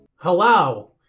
hello